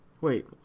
Wait